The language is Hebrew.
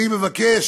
אני מבקש